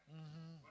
mmhmm